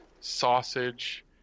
sausage